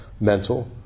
mental